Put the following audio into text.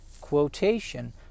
quotation